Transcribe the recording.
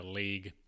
league